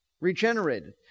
regenerated